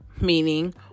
meaning